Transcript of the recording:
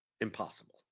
impossible